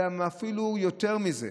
אלא הם אפילו יותר מזה.